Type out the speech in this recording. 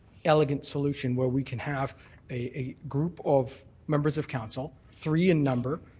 elegant solution where we can have a group of members of council, three in number,